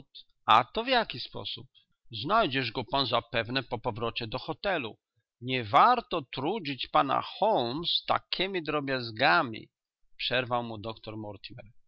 a to w jaki sposób znajdziesz go pan zapewne po powrocie do hotelu nie warto trudzić pana holmes takiemi drobiazgami przerwał mu doktor